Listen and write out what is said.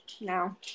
no